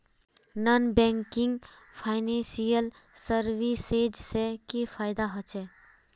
Non banking financial services से की फायदा होचे?